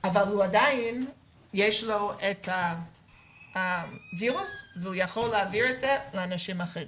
אבל עדיין יש לו את הווירוס והוא יכול להעביר אותו לאנשים אחרים.